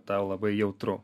tau labai jautru